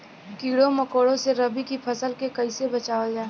कीड़ों मकोड़ों से रबी की फसल के कइसे बचावल जा?